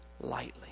lightly